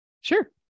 Sure